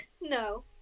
No